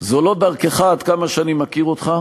זו לא דרכך, עד כמה שאני מכיר אותך,